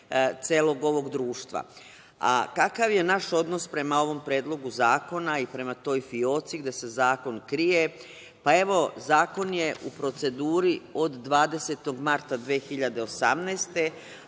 celog ovog društva. Kakav je naš odnos prema ovom predlogu zakona i prema toj „fioci“ gde se zakon krije? Pa evo, zakon je u proceduri od 20. marta 2018.